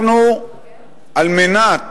על מנת